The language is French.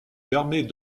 permet